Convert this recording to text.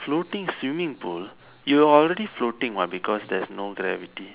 floating swimming pool you already floating what because there's no gravity